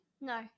No